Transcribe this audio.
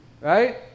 Right